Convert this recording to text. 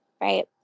Right